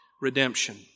redemption